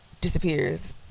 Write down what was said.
disappears